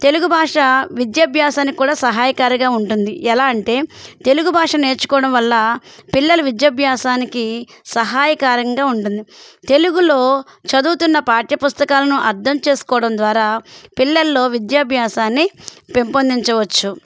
తెలుగు భాష విద్యభ్యాసనకి కూడా సహాయకారిగా ఉంటుంది ఎలా అంటే తెలుగు భాష నేర్చుకోవడం వల్ల పిల్లలు విద్యాభ్యాసానికి సహాయకరంగా ఉంటుంది తెలుగులో చదువుతున్న పాఠ్య పుస్తకాలను అర్థం చేసుకోవడం ద్వారా పిల్లల్లో విద్యాభ్యాసాన్ని పెంపొందించవచ్చు